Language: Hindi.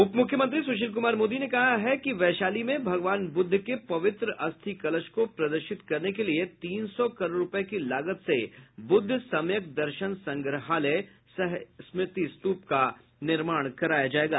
उप मुख्यमंत्री सुशील कुमार मोदी ने कहा कि वैशाली में भगवान ब्रद्ध के पवित्र अस्थि कलश को प्रदर्शित करने के लिए तीन सौ करोड़ रुपये की लागत से बुद्ध सम्यक दर्शन संग्रहालय सह स्मृति स्तूप का निर्माण कराया जायेगा